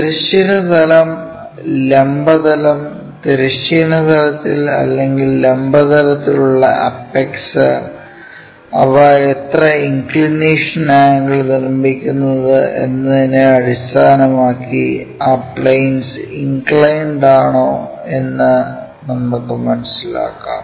തിരശ്ചീന തലം ലംബ തലം തിരശ്ചീന തലത്തിൽ അല്ലെങ്കിൽ ലംബ തലത്തിൽ ഉള്ള അപെക്സ് അവ എത്ര ഇൻക്ക്ളിനേഷൻ ആംഗിൾ നിർമ്മിക്കുന്നത് എന്നതിനെ അടിസ്ഥാനമാക്കി ആ പ്ലെയിൻ ഇൻക്ലൈൻഡ് ആണോ എന്ന് നമുക്ക് മനസിലാക്കാം